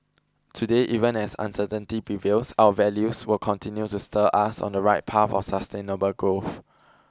today even as uncertainty prevails our values will continue to steer us on the right path of sustainable growth